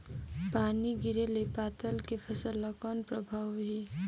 पानी गिरे ले पताल के फसल ल कौन प्रभाव होही?